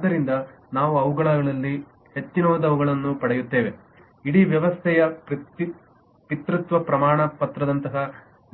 ಆದ್ದರಿಂದ ನಾವು ಅವುಗಳಲ್ಲಿ ಹೆಚ್ಚಿನದನ್ನು ಪಡೆಯುತ್ತೇವೆ ಇಡೀ ವ್ಯವಸ್ಥೆಯಲ್ಲಿ ಪಿತೃತ್ವ ಪ್ರಮಾಣಪತ್ರದಂತಹ